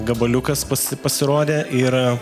gabaliukas pas pasirodė ir